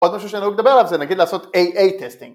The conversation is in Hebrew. עוד משהו שנהוג לדבר עליו זה נגיד לעשות A.A טסטינג